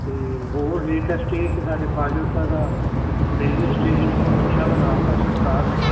ਅਤੇ ਹੋਰ ਲੇਟੈਸਟ ਇਹ ਕਿ ਸਾਡੇ ਫਾਜ਼ਿਲਕਾ ਦਾ ਰੇਲਵੇ ਸਟੇਸ਼ਨ ਬਹੁਤ ਅੱਛਾ ਬਣਾ ਤਾ ਸਰਕਾਰ ਨੇ